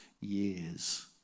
years